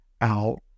out